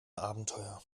abenteuer